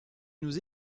nous